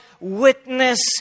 witness